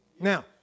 Now